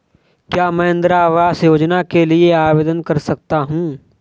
क्या मैं इंदिरा आवास योजना के लिए आवेदन कर सकता हूँ?